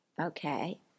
Okay